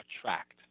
attract